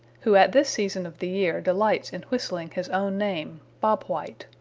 who at this season of the year delights in whistling his own name bob white.